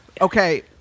okay